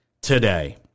today